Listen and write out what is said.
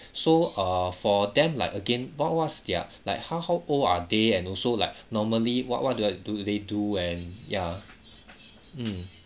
so err for them like again what what's their like how how old are they and also like normally what what do uh do they do and ya mm